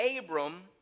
Abram